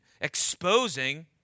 exposing